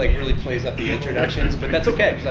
like really plays out the introductions, but that's okay.